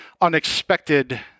unexpected